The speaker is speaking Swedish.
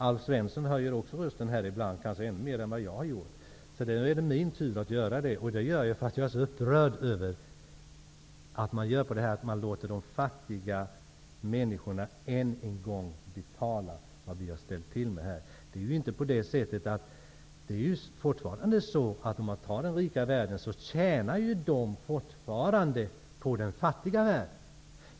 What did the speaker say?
Alf Svensson höjer också rösten här ibland, kanske ännu mer än vad jag har gjort. Det kan vara min tur att göra det, och jag gör det för att jag är så upprörd över att man låter de fattiga människorna än en gång betala vad vi har ställt till med. Den rika världen tjänar fortfarande på den fattiga världen.